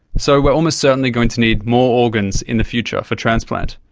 so we are almost certainly going to need more organs in the future for transplant,